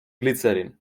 glycerin